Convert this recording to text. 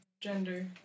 gender